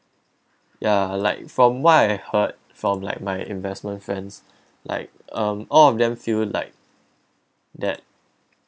ya like from what I heard from like my investment friends like um all of them feel like that